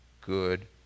good